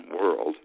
world